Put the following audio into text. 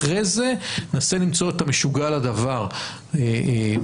אחרי זה ננסה למצוא את המשוגע לדבר בעניין,